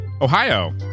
Ohio